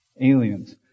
aliens